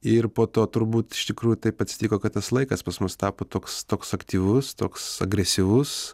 ir po to turbūt iš tikrųjų taip atsitiko kad tas laikas pas mus tapo toks toks aktyvus toks agresyvus